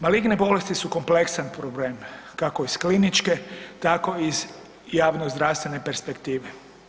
Maligne bolesti su kompleksan problem, kako iz kliničke tako iz javno zdravstvene perspektive.